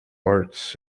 arts